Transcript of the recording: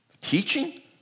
Teaching